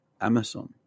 Amazon